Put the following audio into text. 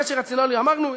קשר רציונלי, אמרנו.